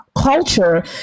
culture